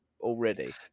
already